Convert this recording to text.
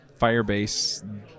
Firebase